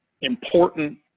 important